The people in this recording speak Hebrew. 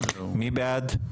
מי בעד?